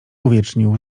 uwiecznił